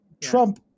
Trump